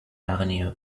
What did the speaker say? avenue